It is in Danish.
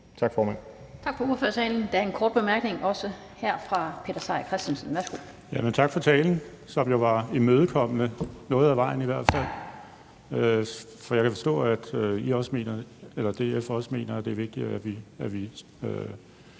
Tak for det.